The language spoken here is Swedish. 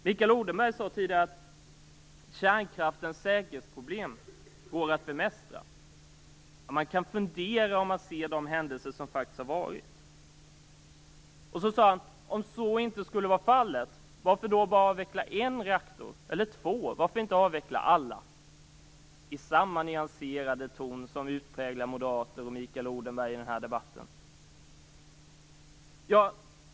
Mikael Odenberg sade tidigare att kärnkraftens säkerhetsproblem går att bemästra. Man kan fundera när man ser de händelser som faktiskt har inträffat. Sedan sade Mikael Odenberg i samma nyanserade ton som präglar moderater och honom i debatten: "Om så inte skulle vara fallet, varför då bara avveckla en eller två reaktorer? Varför inte avveckla alla?"